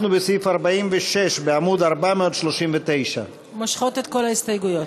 אנחנו בסעיף 46 בעמוד 439. מושכות את כל ההסתייגויות.